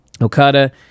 Okada